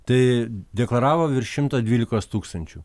tai deklaravo virš šimtą dvylikos tūkstančių